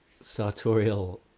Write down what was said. sartorial